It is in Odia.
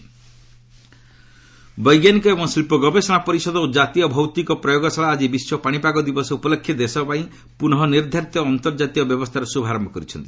ସିଏସ୍ଆଇଆର୍ ଏସ୍ଆଇ ୟୁନିଟ୍ ବୈଜ୍ଞାନିକ ଏବଂ ଶିଳ୍ପ ଗବେଷଣା ପରିଷଦ ଓ କାତୀୟ ଭୌତିକ ପ୍ରୟୋଗଶାଳା ଆଜି ବିଶ୍ୱ ପାଣିପାଗ ଦିବସ ଉପଲକ୍ଷେ ଦେଶପାଇଁ ପୁନଃ ନିର୍ଦ୍ଧାରିତ ଅନ୍ତର୍ଜାତୀୟ ବ୍ୟବସ୍ଥାର ଶୁଭାରମ୍ଭ କରିଛନ୍ତି